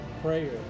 prayer